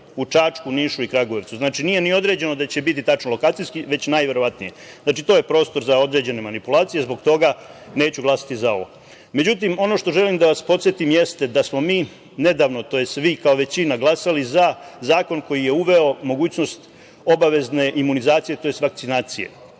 u Čačku, Nišu i Kragujevcu. Znači, nije ni određeno gde će biti tačno lokacijski, već najverovatnije. Znači, to je prostor za određene manipulacije. Zbog toga neću glasati za ovo.Međutim, ono što želim da vas podsetim jeste da smo mi nedavno, tj. vi kao većina, glasali za zakon koji je uveo mogućnost obavezne imunizacije, tj. vakcinacije.